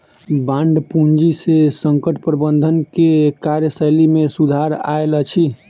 bond पूंजी से संकट प्रबंधन के कार्यशैली में सुधार आयल अछि